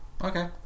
Okay